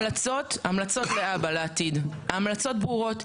ההמלצות להבא, לעתיד, ההמלצות ברורות.